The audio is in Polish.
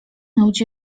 ludzi